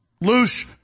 loose